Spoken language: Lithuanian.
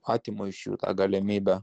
atimu iš jų tą galimybę